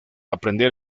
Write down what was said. aprender